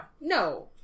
no